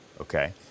Okay